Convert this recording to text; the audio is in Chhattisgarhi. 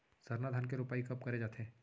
सरना धान के रोपाई कब करे जाथे?